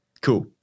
cool